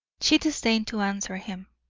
she disdained to answer him.